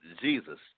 Jesus